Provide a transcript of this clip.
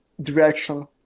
direction